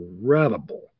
incredible